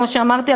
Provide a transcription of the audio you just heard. כמו שאמרתי,